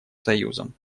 союзом